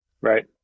Right